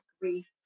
grief